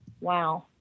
Wow